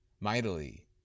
mightily